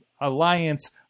Alliance